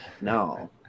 No